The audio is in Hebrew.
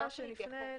אפשר